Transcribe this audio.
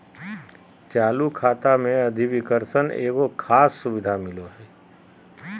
चालू खाता मे अधिविकर्षण एगो खास सुविधा मिलो हय